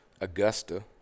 Augusta